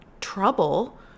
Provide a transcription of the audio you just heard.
trouble